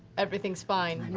everything's fine.